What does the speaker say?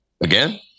Again